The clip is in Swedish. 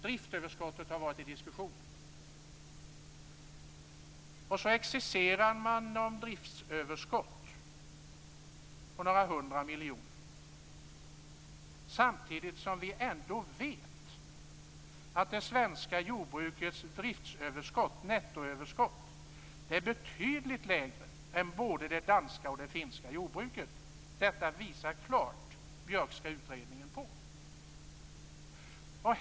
Driftsöverskottet har varit under diskussion. Man excesserar om driftsöverskott på några hundra miljoner, samtidigt som vi ändå vet att det svenska jordbrukets nettoöverskott är betydligt lägre än både de danska och de finska jordbrukens. Detta visar den Björkska utredningen klart på.